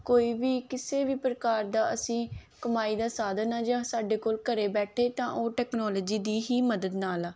ਕੋਈ ਵੀ ਕਿਸੇ ਵੀ ਪ੍ਰਕਾਰ ਦਾ ਅਸੀਂ ਕਮਾਈ ਦਾ ਸਾਧਨ ਆ ਜਾਂ ਸਾਡੇ ਕੋਲ ਘਰੇ ਬੈਠੇ ਤਾਂ ਉਹ ਟੈਕਨੋਲੋਜੀ ਦੀ ਹੀ ਮਦਦ ਨਾਲ ਆ